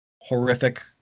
horrific